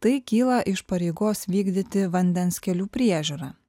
tai kyla iš pareigos vykdyti vandens kelių priežiūrą